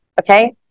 okay